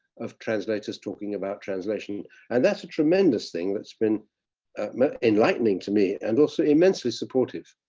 of translators talking about translation. and that's a tremendous thing that's been enlightening to me and also immensely supportive.